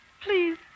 please